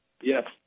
Yes